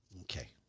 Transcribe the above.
okay